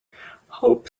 hope